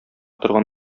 торган